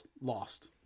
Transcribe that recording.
lost